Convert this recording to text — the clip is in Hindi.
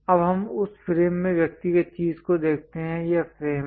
अब हम उस फ्रेम में व्यक्तिगत चीज़ को देखते हैं यह फ्रेम है